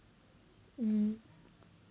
mm